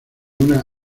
una